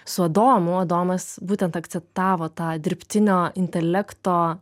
su adomu adomas būtent akcentavo tą dirbtinio intelekto